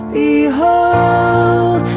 behold